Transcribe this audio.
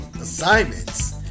assignments